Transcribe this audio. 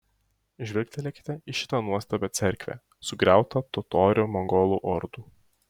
žvilgtelėkite į šitą nuostabią cerkvę sugriautą totorių mongolų ordų